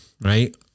right